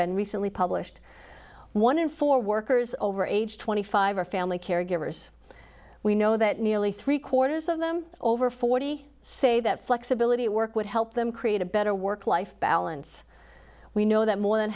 been recently published one in four workers over age twenty five are family caregivers we know that nearly three quarters of them over forty say that flexibility work would help them create a better work life balance we know that more than